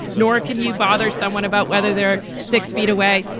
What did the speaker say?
nor can you bother someone about whether they're six feet away.